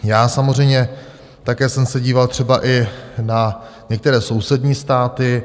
Já samozřejmě také jsem se díval třeba i na některé sousední státy.